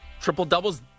triple-doubles –